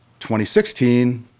2016